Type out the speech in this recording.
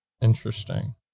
Interesting